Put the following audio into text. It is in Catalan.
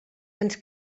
ens